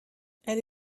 elle